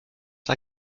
war